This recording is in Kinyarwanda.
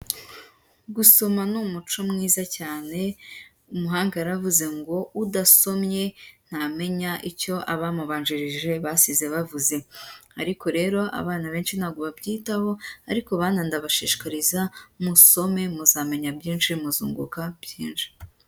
Gusoma ni umuco mwiza cyane, umuhanga yaravuze ngo udasomye ntamenya icyo abamubanjirije basize bavuze, ariko rero abana benshi ntabwo babyitaho ariko bana ndabashishikariza musome muzamenya byinshi muzunguka byinshi.